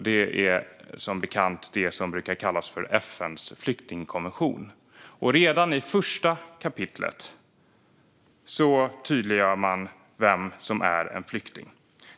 Det är som bekant det som brukar kallas för FN:s flyktingkonvention. Redan i första kapitlet tydliggör man vem som är en flykting.